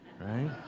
right